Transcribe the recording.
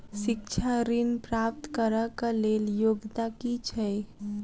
शिक्षा ऋण प्राप्त करऽ कऽ लेल योग्यता की छई?